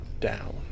down